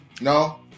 No